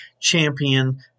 champion